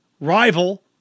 rival